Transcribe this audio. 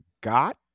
got